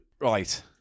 Right